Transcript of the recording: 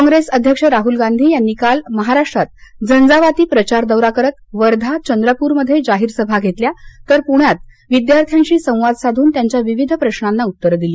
काँग्रेस अध्यक्ष राहूल गांधी यांनी काल महाराष्ट्रात झंजावती प्रचार दौरा करत वर्धा चंद्रप्रमध्ये जाहीर सभा घेतल्या तर प्रण्यात विद्यार्थ्यांशी संवाद साधून त्यांच्या विविध प्रशांची उत्तरं दिली